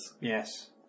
Yes